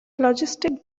logistic